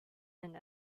and